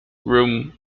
room